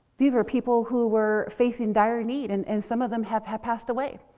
these were people who were facing dire need and and some of them have had passed away.